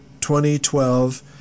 2012